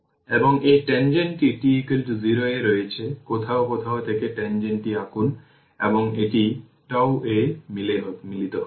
এবং এই ট্যানজেন্টটি t 0 এ রয়েছে কোথাও কোথাও থেকে ট্যানজেন্টটি আঁকুন এবং এটি τ এ মিলিত হবে